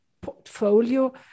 portfolio